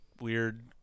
weird